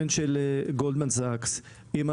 אתה יודע שעד שנת 2000 עמלו קשה מאוד כדי לשכנע